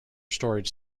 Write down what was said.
storage